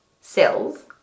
cells